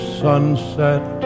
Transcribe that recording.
sunset